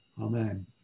Amen